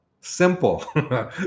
simple